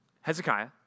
Hezekiah